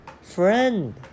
friend